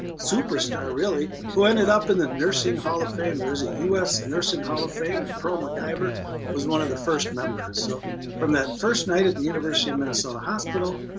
superstar, really, who ended up in the nursing hall of fame. there's a u s. nursing hall of fame and pearl mciver was one of the first members. so from that first night at the university of minnesota hospital,